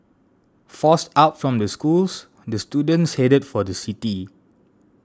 forced out from the schools the students headed for the city